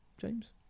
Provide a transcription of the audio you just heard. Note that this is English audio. James